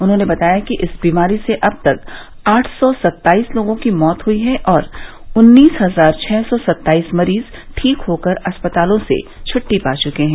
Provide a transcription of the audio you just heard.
उन्होंने बताया कि इस बीमारी से अब तक आठ सौ सत्ताईस लोगों की मौत हुई है और उन्नीस हजार छः सौ सत्ताईस मरीज ठीक होकर अस्पतालों से छुट्टी पा चुके हैं